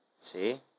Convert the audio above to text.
See